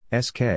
SK